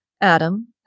Adam